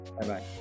Bye-bye